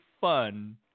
fun